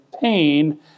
pain